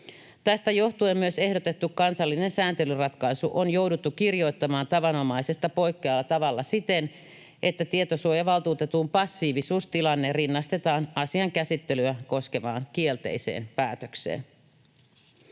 Tästä johtuen myös ehdotettu kansallinen sääntelyratkaisu on jouduttu kirjoittamaan tavanomaisesta poikkeavalla tavalla siten, että tietosuojavaltuutetun passiivisuustilanne rinnastetaan asian käsittelyä koskevaan kielteiseen päätökseen.